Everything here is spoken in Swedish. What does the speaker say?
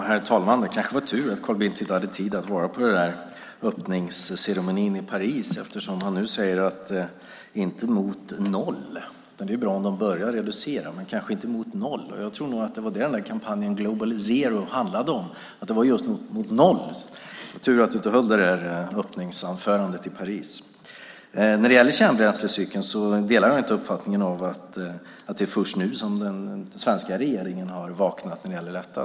Herr talman! Det kanske var tur att Carl Bildt inte hade tid att vara på öppningsceremonin i Paris, för nu säger han att det inte handlar om att gå mot noll - att det är bra om man börjar reducera men att det inte handlar om att gå mot noll. Jag trodde att det var att gå mot noll som kampanjen Global Zero handlade om. Det var tur att du inte höll det där öppningsanförandet i Paris. När det gäller kärnbränslecykeln delar jag inte uppfattningen att det är först nu som den svenska regeringen har vaknat i detta.